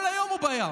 כל היום הוא בים,